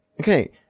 okay